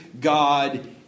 God